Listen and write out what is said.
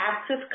active